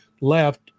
left